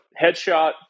headshot